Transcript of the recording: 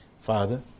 Father